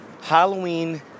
Halloween